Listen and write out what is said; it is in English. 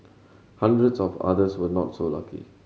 hundreds of others were not so lucky